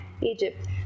Egypt